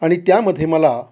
आणि त्यामध्ये मला